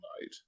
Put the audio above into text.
night